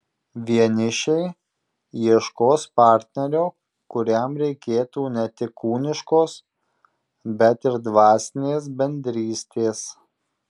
vienišiai ieškos partnerio kuriam reikėtų ne tik kūniškos bet ir dvasinės bendrystės